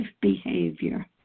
behavior